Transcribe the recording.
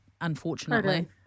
unfortunately